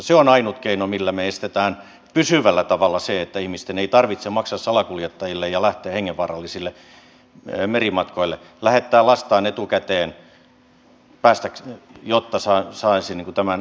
se on ainut keino millä me estämme pysyvällä tavalla sen että ihmisten ei tarvitse maksaa salakuljettajille ja lähteä hengenvaarallisille merimatkoille lähettää lastaan etukäteen jotta saisi tämän alun